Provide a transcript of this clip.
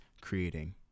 creating